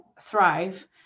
thrive